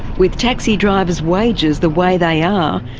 with taxi drivers' wages the way they are,